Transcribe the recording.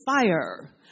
Fire